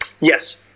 Yes